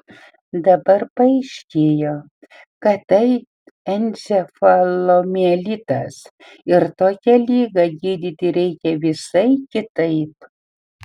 dabar paaiškėjo kad tai encefalomielitas ir tokią ligą gydyti reikia visai kitaip